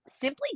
simply